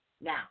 Now